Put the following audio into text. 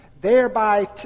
thereby